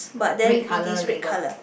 red color label